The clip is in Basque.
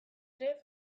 ere